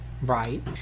Right